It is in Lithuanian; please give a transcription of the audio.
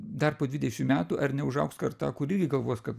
dar po dvidešim metų ar neužaugs karta kuri irgi galvos kad